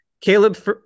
Caleb